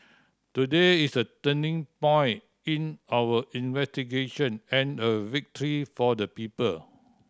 today is a turning point in our investigation and a victory for the people